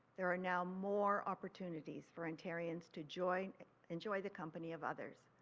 there are now more opportunities for ontarians to join enjoy the company of others.